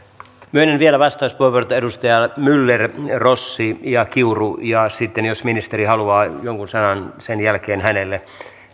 myönnän vielä vastauspuheenvuorot edustajille myller rossi ja kiuru ja sitten jos ministeri haluaa jonkun sanan sen jälkeen hänelle